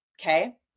okay